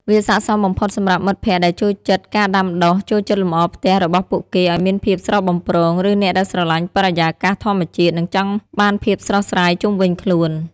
វាស័ក្តិសមបំផុតសម្រាប់មិត្តភក្តិដែលចូលចិត្តការដាំដុះ ចូលចិត្តលម្អផ្ទះរបស់ពួកគេឲ្យមានភាពស្រស់បំព្រង ឬអ្នកដែលស្រលាញ់បរិយាកាសធម្មជាតិ និងចង់បានភាពស្រស់ស្រាយជុំវិញខ្លួន។